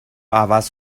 عوض